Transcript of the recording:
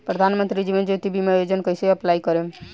प्रधानमंत्री जीवन ज्योति बीमा योजना कैसे अप्लाई करेम?